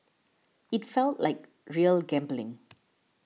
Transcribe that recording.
it felt like real gambling